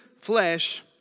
flesh